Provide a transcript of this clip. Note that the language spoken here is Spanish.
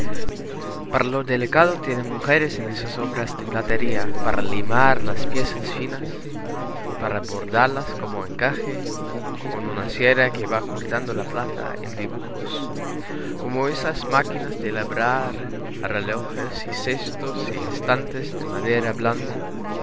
para lo delicado tienen mujeres en esas obras de platería para limar las piezas finas para bordarlas como encaje con una sierra que va cortando la plata en dibujos como esas máquinas de labrar relojes y cestos y estantes de madera blanda